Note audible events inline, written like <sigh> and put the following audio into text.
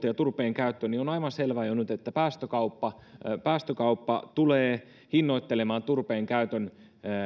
<unintelligible> ja turpeenkäyttöön niin on aivan selvää jo nyt että päästökauppa päästökauppa tulee hinnoittelemaan turpeen käytön